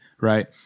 right